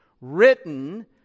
written